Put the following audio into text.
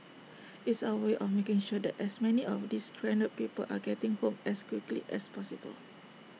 it's our way of making sure that as many of these stranded people are getting home as quickly as possible